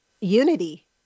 unity